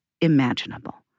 imaginable